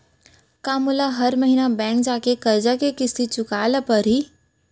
का मोला हर महीना बैंक जाके करजा के किस्ती चुकाए ल परहि?